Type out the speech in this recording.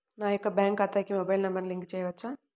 నా యొక్క బ్యాంక్ ఖాతాకి మొబైల్ నంబర్ లింక్ చేయవచ్చా?